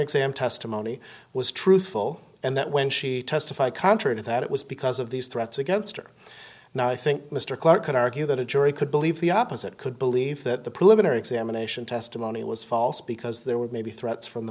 exam testimony was truthful and that when she testified contrary to that it was because of these threats against her now i think mr clark could argue that a jury could believe the opposite could believe that the preliminary examination testimony was false because there were maybe threats from the